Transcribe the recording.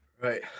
right